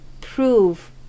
prove